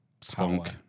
spunk